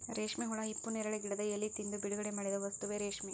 ರೇಶ್ಮೆ ಹುಳಾ ಹಿಪ್ಪುನೇರಳೆ ಗಿಡದ ಎಲಿ ತಿಂದು ಬಿಡುಗಡಿಮಾಡಿದ ವಸ್ತುವೇ ರೇಶ್ಮೆ